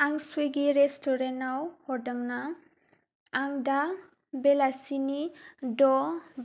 आं स्विगि रेस्ट'रेन्टआव हरदों ना आं दा बेलासिनि द'